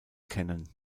kennen